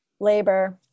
Labor